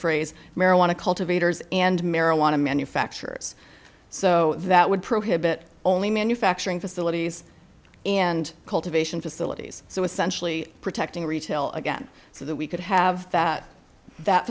phrase marijuana cultivators and marijuana manufacturers so that would prohibit only manufacturing facilities and cultivation facilities so essentially protecting retail again so that we could have that